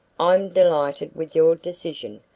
i'm delighted with your decision,